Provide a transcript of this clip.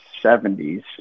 seventies